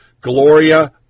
Gloria